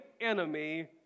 enemy